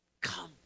Come